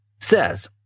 says